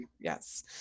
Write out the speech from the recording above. yes